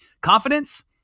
confidence